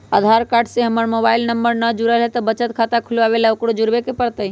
आधार card से हमर mobile number न जुरल है त बचत खाता खुलवा ला उकरो जुड़बे के पड़तई?